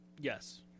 Yes